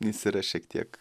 jis yra šiek tiek